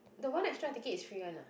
the one extra ticket is free one ah